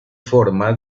forma